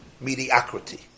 mediocrity